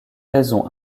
raison